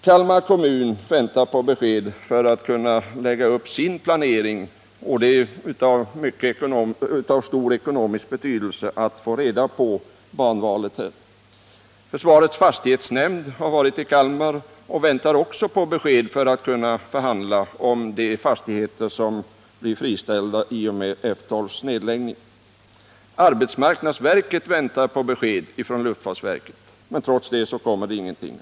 Kalmar kommun väntar på besked för att kunna lägga upp sin planering, och det är av stor ekonomisk betydelse för den att få reda på banvalet. Försvarets fastighetsnämnd har varit i Kalmar och väntar också på besked för att kunna förhandla om de fastigheter som blir friställda i och med F 12:s nedläggning. Arbetsmarknadsverket väntar på besked från luftfartsverket. Trots detta kommer det ingenting.